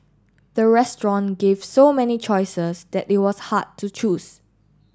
the restaurant gave so many choices that it was hard to choose